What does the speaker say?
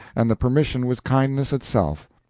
and the permission was kindness itself.